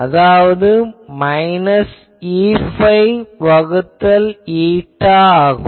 அதாவது minus Eϕ வகுத்தல் η ஆகும்